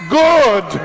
good